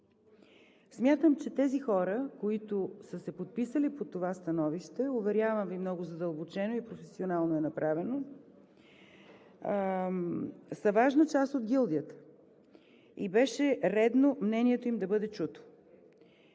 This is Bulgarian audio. Смятам, че тези хора, които са се подписали под това становище, уверявам Ви, много задълбочено и професионално е направено, са важна част от гилдията и беше редно мнението им да бъде чуто.